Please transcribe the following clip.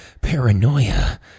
paranoia